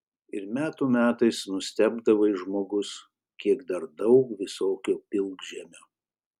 ir metų metais nustebdavai žmogus kiek dar daug visokio pilkžemio